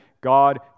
God